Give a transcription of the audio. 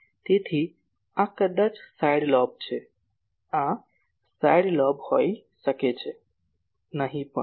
તેથી આ કદાચ સાઇડ લોબ છે આ સાઇડ લોબ હોઈ શકે છે નહીં પણ